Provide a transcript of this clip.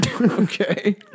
Okay